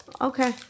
Okay